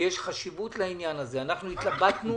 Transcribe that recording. ויש חשיבות לעניין הזה אנחנו התלבטנו